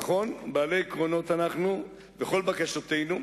נכון, בעלי עקרונות אנחנו, וכל בקשותינו,